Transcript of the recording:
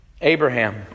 Abraham